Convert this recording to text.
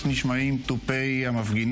תודה.